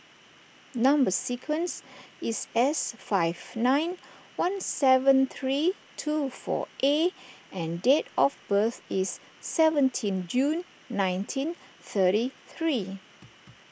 Number Sequence is S five nine one seven three two four A and date of birth is seventeen June nineteen thirty three